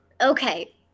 okay